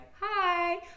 Hi